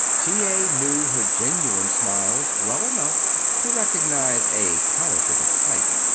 t. a. knew her genuine smiles well enough to recognize a counterfeit at sight.